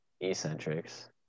eccentrics